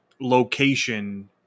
location